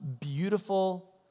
beautiful